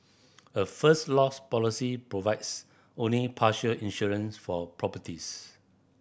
a First Loss policy provides only partial insurance for properties